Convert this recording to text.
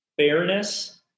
fairness